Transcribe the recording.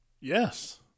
Yes